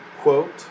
quote